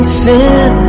sin